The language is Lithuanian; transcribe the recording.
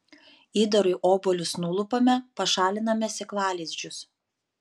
įdarui obuolius nulupame pašaliname sėklalizdžius